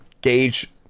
gauge